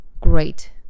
great